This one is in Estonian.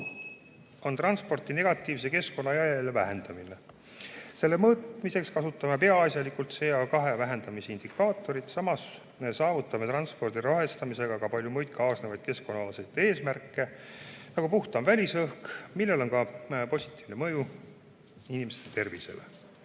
on transpordivahendite negatiivse keskkonnajalajälje vähendamine, selle mõõtmiseks kasutame peaasjalikult CO2vähendamise indikaatorit. Samas saavutame transpordi rohestamisega palju muid kaasnevaid keskkonnaalaseid eesmärke, nagu puhtam välisõhk, millel on positiivne mõju ka inimeste tervisele.